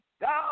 Down